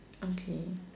okay